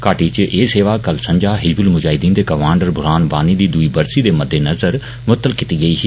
घाटी इच एह सेवां कल सझा हिज्बुल मुजाहिद्दीन दे कमांडर बुरहान वाणी दी दुई वरसी दे मद्देनजर मुअत्तल कीती गेई ही